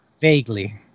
Vaguely